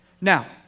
Now